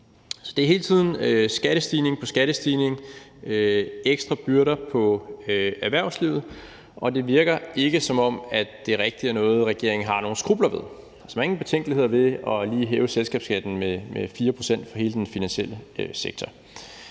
Så det er hele tiden skattestigning på skattestigning, ekstra byrder for erhvervslivet, og det virker ikke, som om det ikke rigtig er noget, regeringen har nogen skrupler ved. Man har ingen betænkeligheder ved lige at hæve selskabsskatten med 4 procentpoint for hele den finansielle sektor.